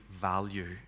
value